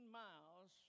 miles